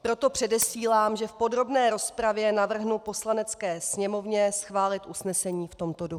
Proto předesílám, že v podrobné rozpravě navrhnu Poslanecké sněmovně schválit usnesení v tomto duchu.